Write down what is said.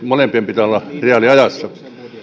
molempien pitää olla reaaliajassa